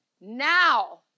Now